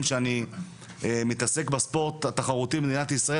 שאני מתעסק בספורט התחרותי במדינת ישראל,